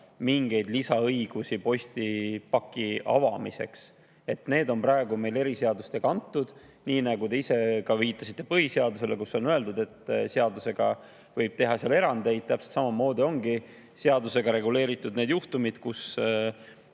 mingeid lisaõigusi postipaki avamiseks. Need on praegu meil eriseadustega antud. Te ise viitasite ka põhiseadusele, kus on öeldud, et seadusega võib erandeid. Täpselt samamoodi ongi seadusega reguleeritud need juhtumid, kui